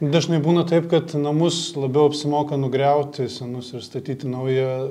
dažnai būna taip kad namus labiau apsimoka nugriauti senus ir statyti naują